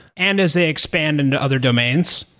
and as they expand into other domains,